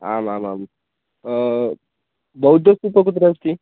आमामां बौद्धस्तूपः कुत्र अस्ति